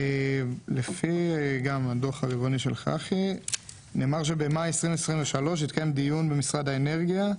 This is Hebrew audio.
לפי הדו"ח הארגוני של חח"י במאי 2023 התקיים דיון במשרד האנרגיה,